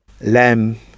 lamb